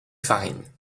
farine